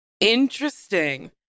Interesting